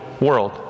world